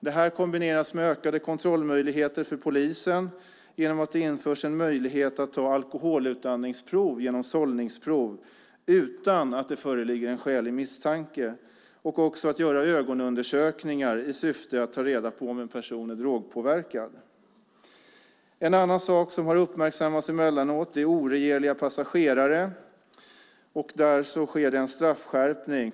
Det här kombineras med ökade kontrollmöjligheter för polisen genom att det införs en möjlighet att ta alkoholutandningsprov genom sållningsprov utan att det föreligger en skälig misstanke och också att göra ögonundersökningar i syfte att ta reda på om en person är drogpåverkad. En annan sak som har uppmärksammats emellanåt är oregerliga passagerare. Där sker en straffskärpning.